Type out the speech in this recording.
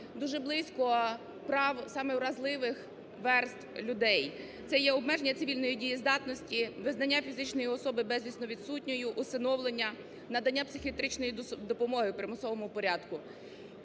дуже близько прав саме вразливих верств людей. Це є обмеження цивільної дієздатності, визнання фізичної особи безвісно відсутньою, усиновлення, надання психіатричної допомоги в примусовому порядку.